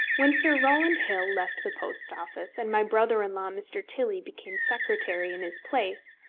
when sir rowland hill left the post office, and my brother-in-law, mr. tilley, became secretary in his place,